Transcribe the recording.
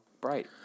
bright